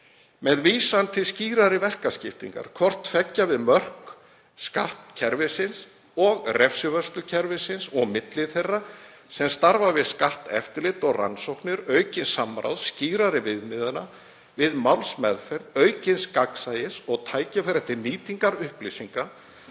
„Með vísan til skýrari verkaskiptingar, hvort tveggja við mörk skattkerfisins og refsivörslukerfisins og á milli þeirra sem starfa við skatteftirlit og rannsóknir, aukins samráðs, skýrari viðmiða við málsmeðferð, aukins gagnsæis og tækifæra til nýtingar upplýsinga,